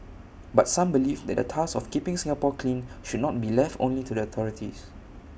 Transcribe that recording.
but some believe that the task of keeping Singapore clean should not be left only to the authorities